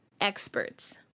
experts